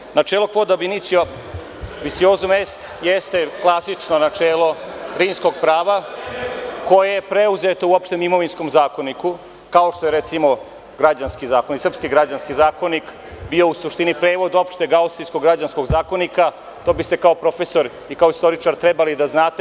Dakle, načelo „kod abinicio vec jozum est“ jeste klasično načelo Rimskog prava koje je preuzeto u Opštem imovinskom zakoniku, kao što je recimo Srpski građanski zakonik bio u suštini prevod Opšteg austrijskog građanskog zakonika, to biste kao profesor i kao istoričar trebali da znate.